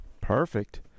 Perfect